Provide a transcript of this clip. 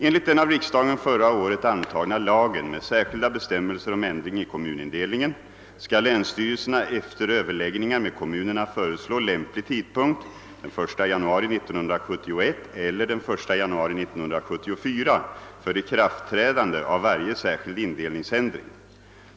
Enligt den av riksdagen förra året antagna lagen med särskilda bestämmelser om ändring i kommunindelningen skall länsstyrelserna efter överläggningar med kommunerna föreslå lämplig tidpunkt — den 1 januari 1971 eller den 1 januari 1974 — för ikraftträdande av varje särskild indelningsändring.